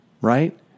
right